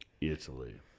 Italy